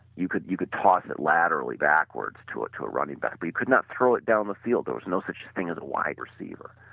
you could you could toss it laterally backwards to ah to running back but you could not throw it down the field, there was no such thing as the wide receiver.